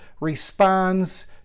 responds